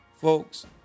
folks